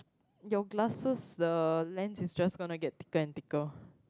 your glasses the len is just gonna get thicker and thicker